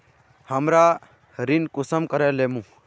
हमरा ऋण कुंसम करे लेमु?